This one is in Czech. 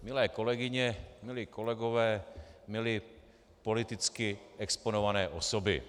Milé kolegyně, milí kolegové, milé politicky exponované osoby.